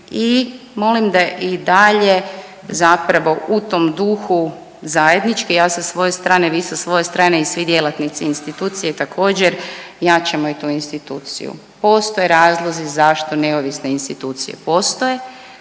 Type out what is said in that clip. i molim da i dalje zapravo u tom duhu zajednički, ja sa svoje strane, vi sa svoje strane i svi djelatnici institucije također jačamo i tu instituciju. Postoje razlozi zašto neovisne institucije postoje,